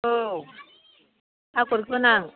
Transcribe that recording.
औ आगरगोनां